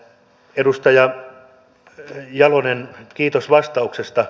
edustaja jalonen kiitos vastauksesta